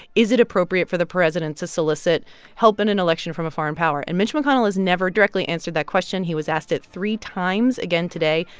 is it appropriate for the president to solicit help in an election from a foreign power? and mitch mcconnell has never directly answered that question. he was asked it three times again today,